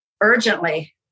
urgently